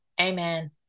Amen